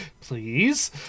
please